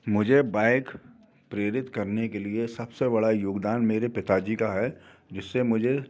मुझे बाइक प्रेरित करने के लिए सब से बड़ा योगदान मेरे पिता जी का है जिससे मुझे